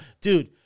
Dude